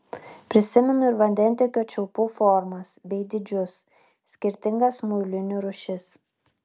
prisimenu ir vandentiekio čiaupų formas bei dydžius skirtingas muilinių rūšis